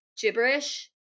gibberish